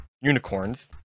unicorns